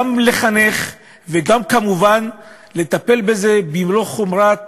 גם לחנך וגם כמובן לטפל במלוא חומרת